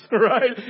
right